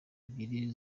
ebyiri